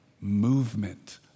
movement